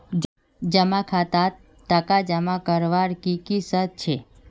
जमा खातात टका जमा करवार की की शर्त छे?